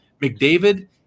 McDavid –